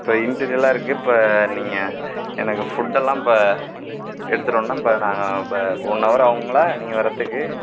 இப்போ இண்டிரியரா இருக்குது இப்போ நீங்கள் எனக்கு ஃபுட் எல்லாம் இப்போ எடுத்துட்டு வரணும் இப்போ நாங்கள் இப்போ ஒன் அவர் ஆகுங்களா நீங்கள் வரதுக்கு